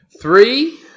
Three